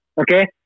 okay